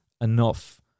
enough